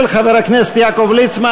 של חבר הכנסת יעקב ליצמן.